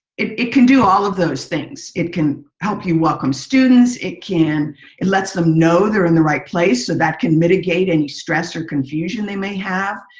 it it can do all of those things. it can help you welcome students. it can it lets them know they're in the right place. so that can mitigate any stress or confusion they may have.